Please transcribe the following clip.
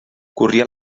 corria